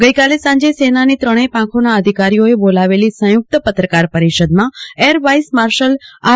ગઈકાલે સાંજે સેનાની ત્રણેય પાંખોના અધિકારીઓએ બોલાવેલી સંયુક્ત પત્રકાર પરિષદમાં એર વાઈસ માર્શલ આર